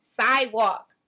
sidewalk